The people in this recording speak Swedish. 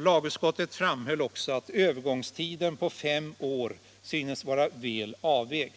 Lagutskottet framhöll också att övergångstiden på fem år syntes vara väl avvägd.